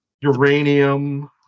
uranium